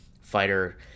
fighter